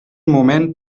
moment